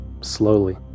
slowly